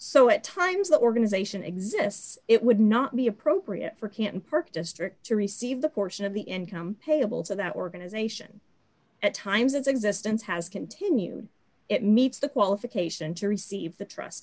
so at times the organization exists it would not be appropriate for him park district to receive the portion of the income payable to that organization at times its existence has continued it meets the qualification to receive the trust